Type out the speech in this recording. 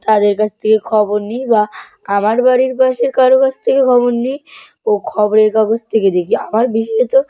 তাদের কাছ থেকে খবর নিই বা আমার বাড়ির পাশের কারও কাছ থেকে খবর নিই ও খবরের কাগজ থেকে দেখি আমার বিশেষত